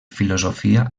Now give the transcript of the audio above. filosofia